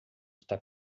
está